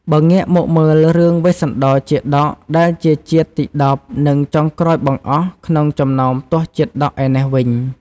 បើងាកមកមើលរឿងវេស្សន្តរជាតកដែលជាជាតិទី១០ និងចុងក្រោយបង្អស់ក្នុងចំណោមទសជាតកឯណេះវិញ។